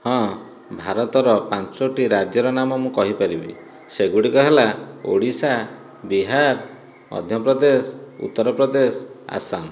ହଁ ଭାରତର ପାଞ୍ଚ ଟି ରାଜ୍ୟର ନାମ ମୁଁ କହିପାରିବି ସେଗୁଡ଼ିକ ହେଲା ଓଡ଼ିଶା ବିହାର ମଧ୍ୟପ୍ରଦେଶ ଉତ୍ତରପ୍ରଦେଶ ଆସାମ